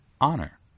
honor